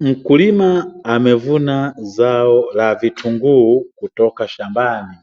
Mkulima amevuna zao la vitunguu kutoka shambani,